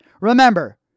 Remember